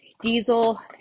Diesel